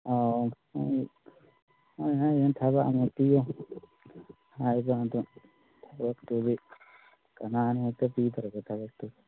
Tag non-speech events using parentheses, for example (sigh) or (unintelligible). ꯑꯥ ꯃꯣꯏ (unintelligible) ꯊꯕꯛ ꯑꯃ ꯄꯤꯌꯣ ꯍꯥꯏꯕ ꯑꯗꯨ ꯊꯕꯛꯇꯨꯗꯤ ꯀꯅꯥꯅ ꯍꯦꯛꯇ ꯄꯤꯊꯔꯛꯄ ꯊꯕꯛꯇꯨ